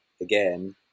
again